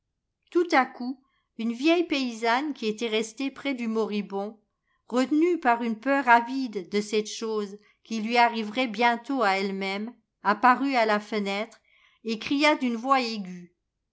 tout à coup une vieille paysanne qui était restée près du moribond retenue par une peur avide de cette chose qui lui arriverait bientôt à elle-même apparut à la fenêtre et cria d'une voix aiguë